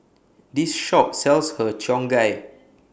This Shop sells Har Cheong Gai